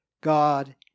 God